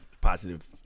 positive